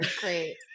great